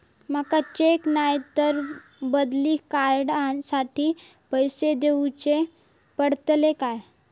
माका चेक नाय तर बदली कार्ड साठी पैसे दीवचे पडतले काय?